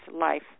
life